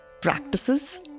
practices